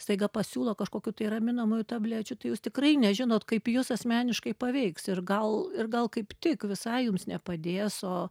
staiga pasiūlo kažkokių tai raminamųjų tablečių tai jūs tikrai nežinot kaip jus asmeniškai paveiks ir gal ir gal kaip tik visai jums nepadės o